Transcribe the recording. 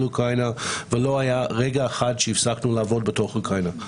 אוקראינה ולא היה רגע אחד שהפסקנו לעבוד בתוך אוקראינה.